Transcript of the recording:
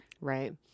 Right